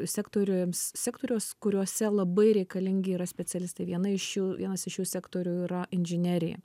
sektoriums sektorius kuriose labai reikalingi yra specialistai viena iš jų vienas iš šių sektorių yra inžinerija